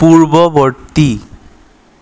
পূৰ্ৱবৰ্তী